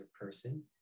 person